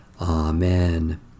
Amen